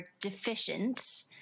deficient